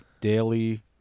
daily